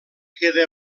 queda